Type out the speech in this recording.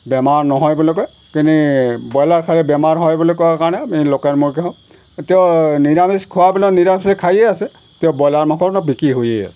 বেমাৰ নহয় বুলি কয় কিন্তু ব্ৰইলাৰ খালে বেমাৰ হয় বুলি কোৱাৰ কাৰণে লোকেল মুৰ্গী খাওঁ তেওঁ নিৰামিষ খোৱাবিলাক নিৰামিষ খায়েই আছে তেওঁ ব্ৰইলাৰ মাংসটোও বিক্ৰী হৈয়েই আছে